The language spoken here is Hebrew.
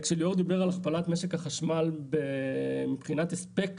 כשליאור דיבר על הכפלת משק החשמל מבחינת הספק